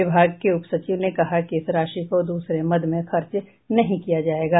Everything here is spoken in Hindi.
विभाग के उप सचिव ने कहा है कि इस राशि को दूसरे मद में खर्च नहीं किया जायेगा